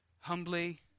humbly